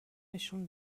نشون